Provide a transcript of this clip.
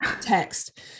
Text